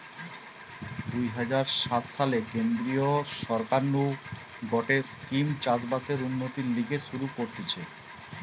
দুই হাজার সাত সালে কেন্দ্রীয় সরকার নু গটে স্কিম চাষ বাসের উন্নতির লিগে শুরু করতিছে